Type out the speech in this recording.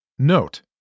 Note